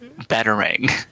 batarang